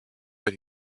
what